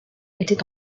était